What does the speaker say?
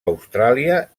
austràlia